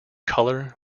color